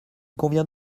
convient